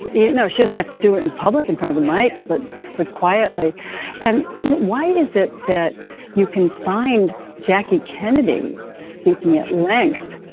know, she doesn't have to do it in public and part of the might. but but quietly and you know, why is it that you can find jackie kennedy speaking at length, yeah